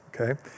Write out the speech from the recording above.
okay